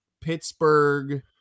Pittsburgh